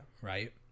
right